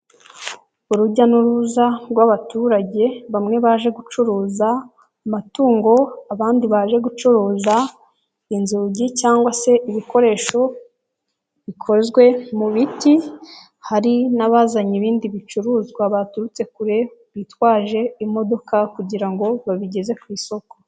Urujya n'uruza rw'abaturage bamwe baje gucuruza amatungo, abandi baje gucuruza inzugi cyangwa se ibikoresho bikozwe mu biti, hari n'abazanye ibindi bicuruzwa baturutse kure, bitwaje imodoka kugira ngo babigeze ku isoko.